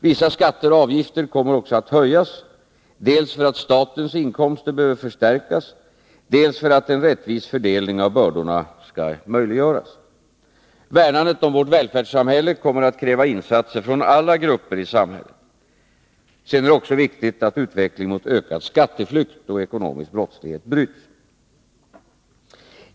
Vissa skatter och avgifter kommer också att höjas, dels för att statens inkomster behöver förstärkas, dels för att en rättvis fördelning av bördorna skall möjliggöras. Värnandet om vårt välfärdssamhälle kommer att kräva insatser från alla grupper i samhället. Det är också viktigt att utvecklingen mot ökad skatteflykt och ekonomisk brottslighet bryts.